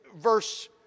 verse